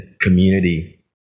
community